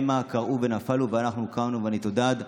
המה כרעו ונפלו ואנחנו קמנו ונתעודד.